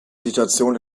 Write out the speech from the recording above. situation